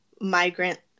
migrant